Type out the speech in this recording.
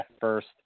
first